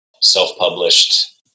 Self-published